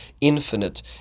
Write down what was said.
infinite